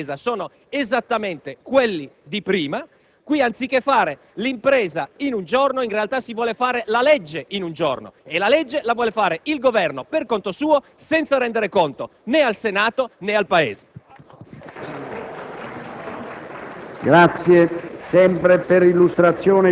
finzione giuridica. In realtà, i tempi necessari per rendere operativa un'impresa sono esattamente quelli di prima. Anziché fare l'impresa in un giorno, in realtà si vuole fare la legge in giorno e la legge la vuole fare il Governo per conto suo, senza rendere conto né al Senato né al Paese.